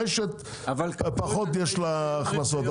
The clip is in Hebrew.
לרשת פחות יש הכנסות,